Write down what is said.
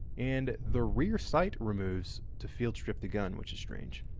and the rear sight removes to field strip the gun which is strange.